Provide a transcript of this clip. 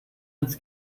ins